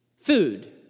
Food